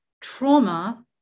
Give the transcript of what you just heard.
trauma